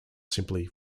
simply